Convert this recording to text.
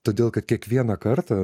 todėl kad kiekvieną kartą